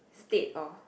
state of